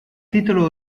titolo